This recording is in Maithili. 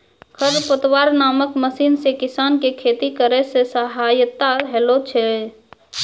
खरपतवार नासक मशीन से किसान के खेती करै मे सहायता होलै छै